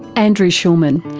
andrew schulman,